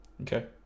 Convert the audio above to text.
Okay